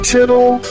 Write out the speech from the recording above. Tittle